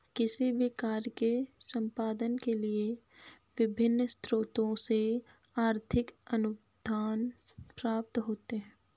किसी भी कार्य के संपादन के लिए विभिन्न स्रोतों से आर्थिक अनुदान प्राप्त होते हैं